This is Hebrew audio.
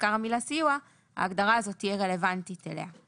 שתוזכר המילה 'סיוע' ההגדרה הזאת תהיה רלוונטית לה.